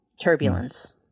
turbulence